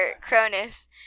Cronus